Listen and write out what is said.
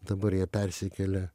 dabar jie persikėlė